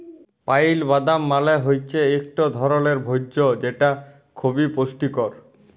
pile বাদাম মালে হৈচ্যে ইকট ধরলের ভোজ্য যেটা খবি পুষ্টিকর